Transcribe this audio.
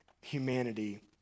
humanity